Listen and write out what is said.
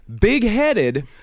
big-headed